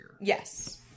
Yes